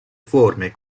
forme